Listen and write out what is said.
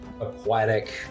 aquatic